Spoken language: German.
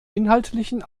inhaltlichen